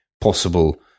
possible